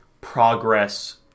progress